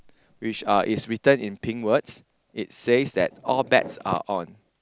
which uh is written in pink words it says that all bets are on